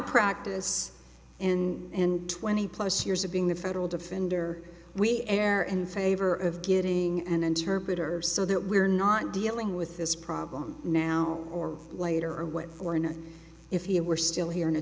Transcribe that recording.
practice and twenty plus years of being the federal defender we err in favor of getting an interpreter so that we're not dealing with this problem now or later or what for and if you were still here in a